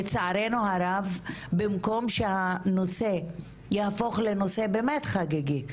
לצערנו הרב, במקום שהנושא יהפוך לנושא באמת חגיגי,